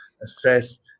stress